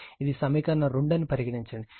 ఇది సమీకరణం 2 అని పరిగణించండి